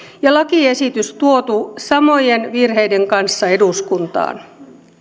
ja lakiesitys tuotu samojen virheiden kanssa eduskuntaan